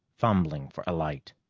fumbling for a light.